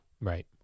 Right